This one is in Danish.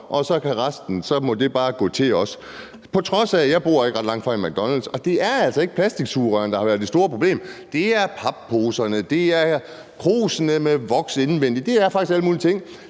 dem i naturen, og så må det bare gå til også. Jeg bor ikke ret langt fra en McDonald's, og det er altså ikke plastiksugerørene, der har været det store problem; det er papposerne, det er krusene med voks indvendig – det er faktisk alle mulige andre